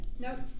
nope